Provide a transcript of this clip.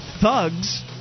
thugs